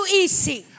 easy